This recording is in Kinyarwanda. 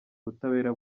ubutabera